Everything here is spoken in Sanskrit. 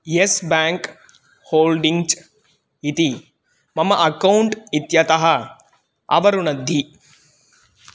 येस् बेङ्क् होल्डिङ्ग्च् इति मम अकौण्ट् इत्यतः अवरुणद्धि